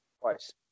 Twice